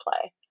play